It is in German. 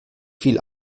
viel